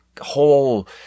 whole